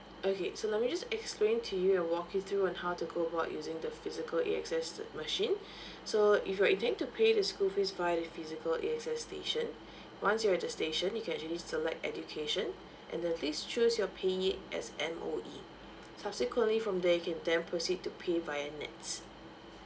okay so let me just explain to you and walk you through on how to go about using the physical A_X_S st~ machine so if you're intending to pay the school fees via the physical A_X_S station once you're at the station you can actually select education and then please choose your payee as M_O_E subsequently from there you can then proceed to pay via NETS